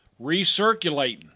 recirculating